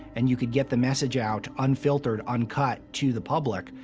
and you could get the message out unfiltered, uncut to the public,